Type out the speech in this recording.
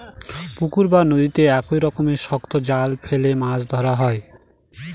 পুকুরে বা নদীতে এক রকমের শক্ত জাল ফেলে মাছ ধরে